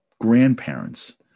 grandparents